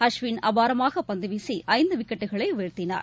அஸ்வின் அபாரமாக பந்து வீசி ஐந்து விக்கெட்டுக்களை வீழ்த்தினார்